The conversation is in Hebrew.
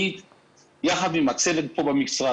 אני יחד עם הצוות פה במשרד